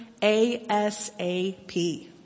ASAP